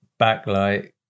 backlight